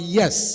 yes